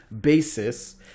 basis